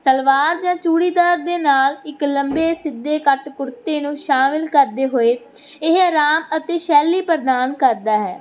ਸਲਵਾਰ ਜਾਂ ਚੂੜੀਦਾਰ ਦੇ ਨਾਲ ਇੱਕ ਲੰਬੇ ਸਿੱਧੇ ਕੱਟ ਕੁੜਤੇ ਨੂੰ ਸ਼ਾਮਲ ਕਰਦੇ ਹੋਏ ਇਹ ਆਰਾਮ ਅਤੇ ਸ਼ੈਲੀ ਪ੍ਰਦਾਨ ਕਰਦਾ ਹੈ